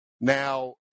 Now